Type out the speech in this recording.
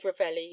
Ravelli